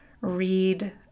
read